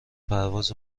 پرواز